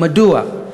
מדוע.